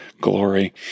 glory